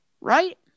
Right